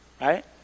right